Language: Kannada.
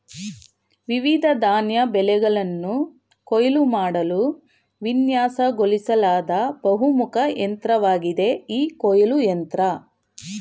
ವಿವಿಧ ಧಾನ್ಯ ಬೆಳೆಗಳನ್ನ ಕೊಯ್ಲು ಮಾಡಲು ವಿನ್ಯಾಸಗೊಳಿಸ್ಲಾದ ಬಹುಮುಖ ಯಂತ್ರವಾಗಿದೆ ಈ ಕೊಯ್ಲು ಯಂತ್ರ